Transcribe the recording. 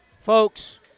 Folks